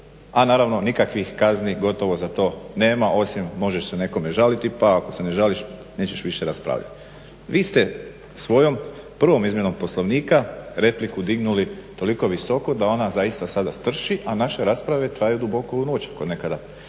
A naravno nikakvih kazni gotovo za to nema. Osim možeš se nekome žaliti, pa ako se ne žališ nećeš više raspravljati. Vi ste svojom prvom izmjenom Poslovnika repliku dignuli toliko visoko da ona zaista sada strši a naše rasprave traju duboko u noć kao nekada.